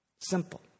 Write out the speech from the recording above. Simple